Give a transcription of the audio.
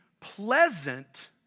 pleasant